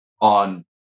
on